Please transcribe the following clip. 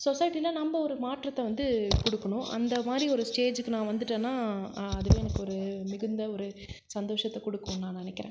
சொசைட்டியில நம்ப ஒரு மாற்றத்தை வந்து கொடுக்கணும் அந்த மாதிரி ஒரு ஸ்டேஜ்ஜுக்கு நான் வந்துவிட்டேன்னா அதுவே எனக்கு ஒரு மிகுந்த ஒரு சந்தோஷத்தை கொடுக்கும் நான் நினைக்கிறேன்